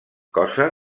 cosa